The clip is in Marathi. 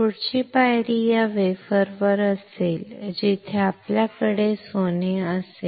पुढची पायरी या वेफरवर असेल जिथे आपल्याकडे सोने असेल